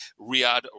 Riyadh